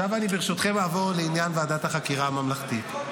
עכשיו אני ברשותכם אעבור לעניין ועדת החקירה הממלכתית,